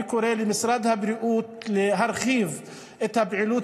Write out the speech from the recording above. אני קורא למשרד הבריאות להרחיב את הפעילות